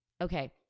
Okay